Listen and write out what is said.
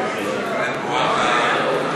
(שיעור הגירעון בשנות התקציב 2013